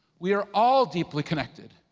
we are all deeply connected,